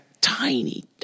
tiny